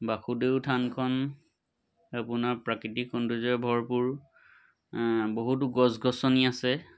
বাসুদেৱ থানখন আপোনাৰ প্ৰাকৃতিক সৌন্দৰ্যৰে ভৰপূৰ বহুতো গছ গছনি আছে